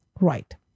Right